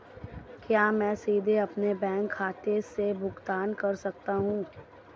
क्या मैं सीधे अपने बैंक खाते से भुगतान कर सकता हूं?